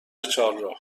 چهارراه